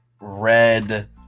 red